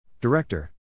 Director